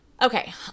Okay